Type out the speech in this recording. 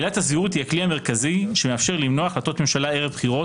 עילת הסבירות היא הכלי המרכזי שמאפשר למנוע החלטות ממשלה ערב בחירות,